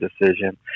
decision